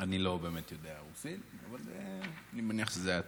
אבל אני מניח שזה היה טוב.